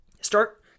Start